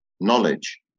knowledge